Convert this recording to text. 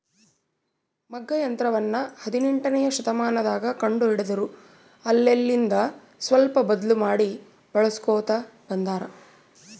ಮಗ್ಗ ಯಂತ್ರವನ್ನ ಹದಿನೆಂಟನೆಯ ಶತಮಾನದಗ ಕಂಡು ಹಿಡಿದರು ಅಲ್ಲೆಲಿಂದ ಸ್ವಲ್ಪ ಬದ್ಲು ಮಾಡಿ ಬಳಿಸ್ಕೊಂತ ಬಂದಾರ